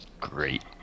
Great